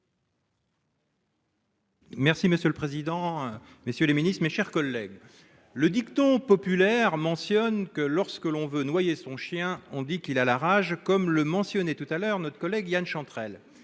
Merci monsieur le président. Messieurs les ministres, mes chers collègues. Le dicton populaire mentionne que lorsque l'on veut noyer son chien on dit qu'il a la rage comme le mentionnait tout à l'heure notre collègue Yan Chantrel,